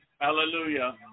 Hallelujah